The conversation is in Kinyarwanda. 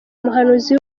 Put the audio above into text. umuhanuzi